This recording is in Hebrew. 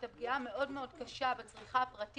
את הפגיעה הקשה מאוד בצריכה הפרטית